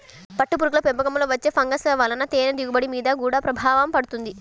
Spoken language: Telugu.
పట్టుపురుగుల పెంపకంలో వచ్చే ఫంగస్ల వలన తేనె దిగుబడి మీద గూడా ప్రభావం పడుతుంది